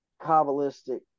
kabbalistic